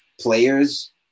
players